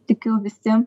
tikiu visi